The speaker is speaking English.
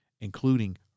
including